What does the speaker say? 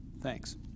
Thanks